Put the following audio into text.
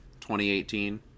2018